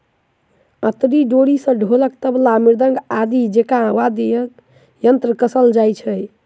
अंतरी डोरी सॅ ढोलक, तबला, मृदंग इत्यादि जेंका वाद्य यंत्र कसल जाइत छै